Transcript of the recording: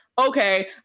okay